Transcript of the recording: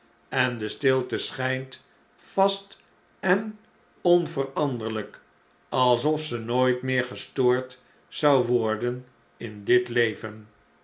en de stilte schynt vast en onveranderlijk alsof ze nooit meer gestoord zou worden in dit leven